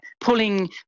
pulling